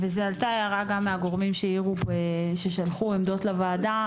ועלתה הערה גם מהגורמים ששלחו עמדות לוועדה,